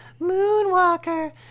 Moonwalker